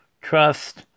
trust